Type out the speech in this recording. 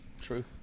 True